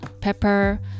pepper